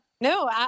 no